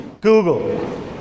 Google